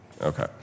Okay